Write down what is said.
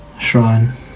Shrine